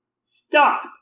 Stop